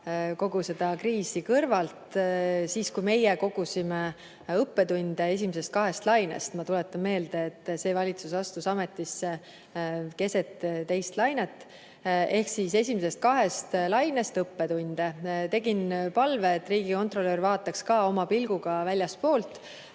kogu seda kriisi kõrvalt. [Algul] me kogusime õppetunde esimesest kahest lainest. Ma tuletan meelde, et see valitsus astus ametisse keset teist lainet ja meil tuli esimesest kahest lainest õppetunde koguda. Ma esitasin palve, et riigikontrolör vaataks [olukorda] oma pilguga väljastpoolt